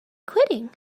quitting